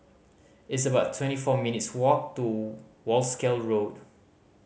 it's about twenty four minutes' walk to Wolskel Road